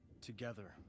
Together